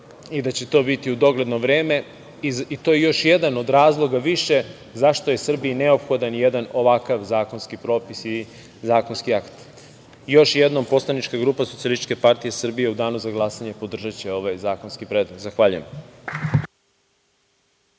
i da će to biti u dogledno vreme i to je još jedan od razloga više zašto je Srbiji neophodan jedan ovakav zakonski propis i zakonski akt. Još jednom, poslaničke grupa SPS u danu za glasanje podržaće ovaj zakonski predlog. Zahvaljujem.